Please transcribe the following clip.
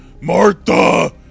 Martha